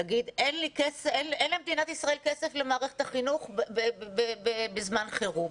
להגיד שלמדינת ישראל אין כסף למערכת החינוך בזמן חירום.